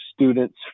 students